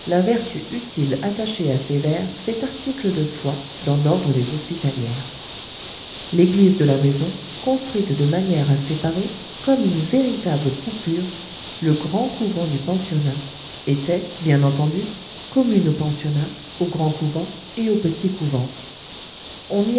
utile attachée à ces vers fait article de foi dans l'ordre des hospitalières l'église de la maison construite de manière à séparer comme une véritable coupure le grand couvent du pensionnat était bien entendu commune au pensionnat au grand couvent et au petit couvent on y